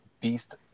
Beast